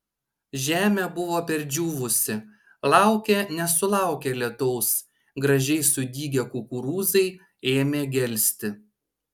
žemė buvo perdžiūvusi laukė nesulaukė lietaus gražiai sudygę kukurūzai ėmė gelsti